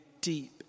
deep